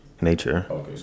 nature